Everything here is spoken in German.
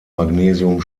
magnesium